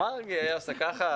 'מרגי היה עושה ככה',